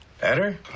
Better